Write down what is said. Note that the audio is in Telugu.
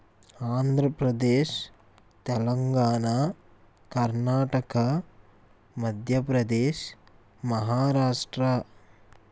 ఆంధ్రప్రదేశ్ తెలంగాణ కర్ణాటక మధ్యప్రదేశ్ మహారాష్ట్ర